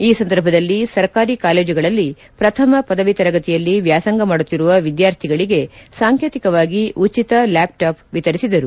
ಈ ಸಂದರ್ಭದಲ್ಲಿ ಸರ್ಕಾರಿ ಕಾಲೇಜುಗಳಲ್ಲಿ ಪ್ರಥಮ ಪದವಿ ತರಗತಿಯಲ್ಲಿ ವ್ಯಾಸಂಗ ಮಾಡುತ್ತಿರುವ ವಿದ್ನಾರ್ಥಿಗಳಿಗೆ ಸಾಂಕೇತಿಕವಾಗಿ ಉಚಿತ ಲ್ಲಾಪ್ ಟ್ಲಾಪ್ ವಿತರಿಸಿದರು